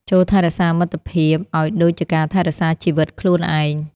ចូរថែរក្សាមិត្តភាពឱ្យដូចជាការថែរក្សាជីវិតខ្លួនឯង។